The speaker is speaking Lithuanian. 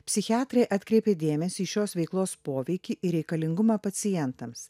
psichiatrai atkreipė dėmesį į šios veiklos poveikį ir reikalingumą pacientams